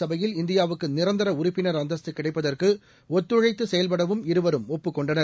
சபையில் இந்தியாவுக்குநிரந்தரஉறுப்பினர் ஐநாபாதுகாப்பு அந்தஸ்து கிடைப்பதற்குஒத்துழைத்துசெய்படவும் இருவரும் ஒப்புக் கொண்டனர்